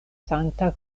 sankta